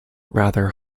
rather